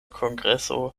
kongreso